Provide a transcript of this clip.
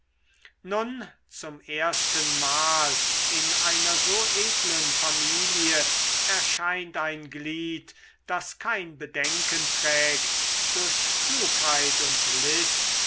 nun zum erstenmal in einer so edlen familie erscheint ein glied das kein bedenken trägt durch klugheit und list